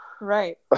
Right